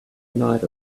night